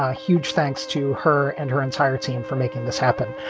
ah huge thanks to her and her entire team for making this happen.